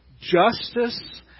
Justice